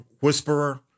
whisperer